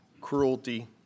cruelty